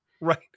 right